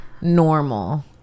normal